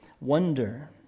wonder